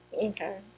Okay